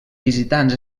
visitants